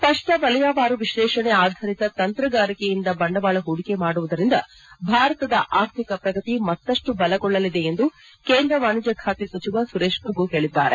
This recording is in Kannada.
ಸ್ಪಷ್ಟ ವಲಯವಾರು ವಿಸ್ಲೇಷಣೆ ಅಧಿರಿತ ತಂತ್ರಗಾರಿಕೆಯಿಂದ ಬಂಡವಾಳ ಪೂಡಿಕೆ ಮಾಡುವುದರಿಂದ ಭಾರತದ ಅರ್ಥಿಕ ಪ್ರಗತಿ ಮತ್ತಷ್ಟು ಬಲಗೊಳ್ಳಲಿದೆ ಎಂದು ಕೇಂದ್ರ ವಾಣಿಜ್ಯ ಖಾತೆ ಸಚಿವ ಸುರೇಶ್ ಪ್ರಭು ಹೇಳಿದ್ದಾರೆ